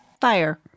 Fire